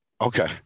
Okay